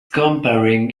comparing